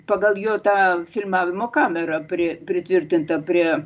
pagal jo tą filmavimo kamerą pri pritvirtinta prie